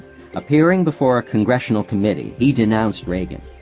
appearing before a congressional committee, he denounced reagan.